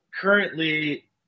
currently